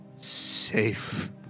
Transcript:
Safe